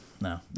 No